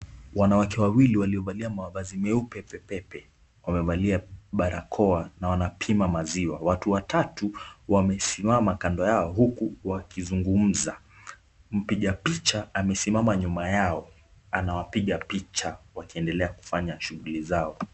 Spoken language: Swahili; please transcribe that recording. Wanawake wawili waliovalia mavazi meupe pepepe wamevalia barakoa na wanapima maziwa, watu watatu wamesimama kando yao, huku wakizungumza, mpiga picha amesimama nyuma yao anawapiga picha wakiendelea kufanya shughuli zao.